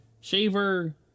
shaver